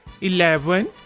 eleven